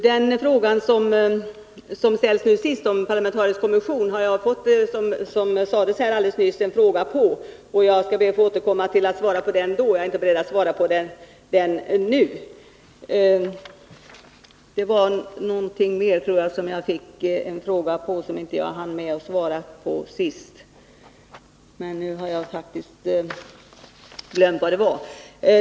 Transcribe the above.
Jag har, som nyss nämndes, fått en fråga om en parlamentarisk kommission, och jag skall be att få återkomma och svara på den. Jag är inte beredd att svara på den frågan nu. Jag fick ytterligare någon fråga som jag inte hann besvara i mitt tidigare inlägg, men nu har jag faktiskt glömt vad det var.